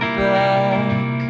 back